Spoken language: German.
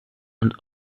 und